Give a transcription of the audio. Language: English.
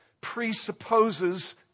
presupposes